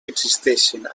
existeixen